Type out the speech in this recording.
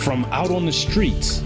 from out on the streets